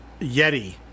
Yeti